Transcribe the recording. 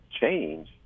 change